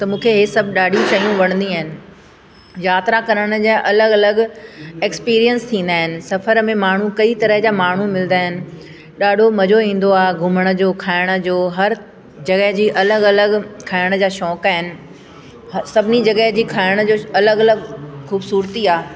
त मूंखे इहे सभु ॾाढियूं शयूं वणंदियूं आहिनि यात्रा करण जा अलॻि अलॻि ऐक्सपीरियंस थींदा आहिनि सफ़र में माण्हू कई तरह जा माण्हू मिलंदा आहिनि ॾाढो मज़ो ईंदो आहे घुमण जो खाइण जो हर जॻहि जी अलॻि अलॻि खाइण जा शौक़ु आहिनि ह सभिनी जॻहि जे खाइण जो अलॻि अलॻि ख़ूबसूरती आहे